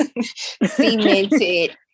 cemented